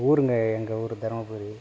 ஊருங்க எங்கள் ஊர் தருமபுரி